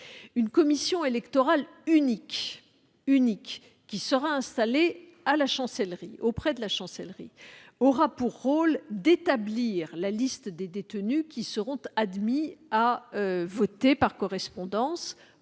Une commission électorale unique, qui sera installée auprès de la Chancellerie, aura pour rôle d'établir la liste des détenus qui seront admis à voter par correspondance,